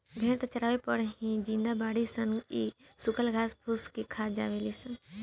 भेड़ त चारवे पर ही जिंदा बाड़ी सन इ सुखल घास फूस भी खा लेवे ली सन